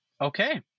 Okay